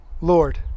Lord